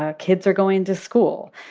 ah kids are going to school.